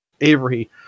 Avery